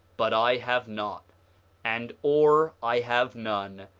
but i have not and ore i have none,